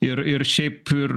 ir ir šiaip ir